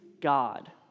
God